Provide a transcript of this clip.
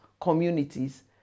communities